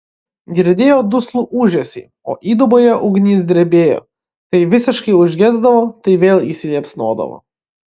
girdėjo duslų ūžesį o įduboje ugnys drebėjo tai visiškai užgesdavo tai vėl įsiliepsnodavo